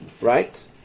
Right